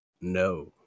No